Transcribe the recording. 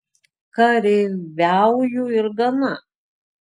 kareiviauju ir gana